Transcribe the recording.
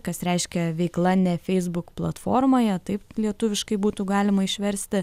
kas reiškia veikla ne facebook platformoje taip lietuviškai būtų galima išversti